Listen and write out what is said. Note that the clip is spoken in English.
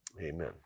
Amen